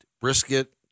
brisket